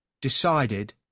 decided